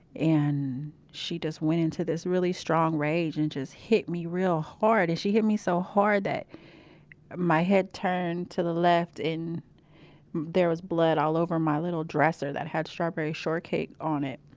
and, she just went into this really strong rage and just hit me real hard. and she hit me so hard that my head turned to the left and there was blood all over my little dresser that had strawberry shortcake on it.